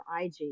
IG